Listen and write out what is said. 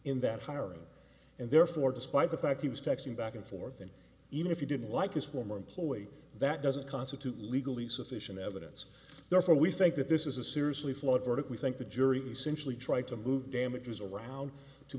in that hiring and therefore despite the fact he was texting back and forth and even if you didn't like his former employee that doesn't constitute legally sufficient evidence therefore we think that this is a seriously flawed verdict we think the jury essentially tried to move damages around to